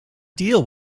deal